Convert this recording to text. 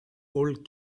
old